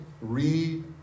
read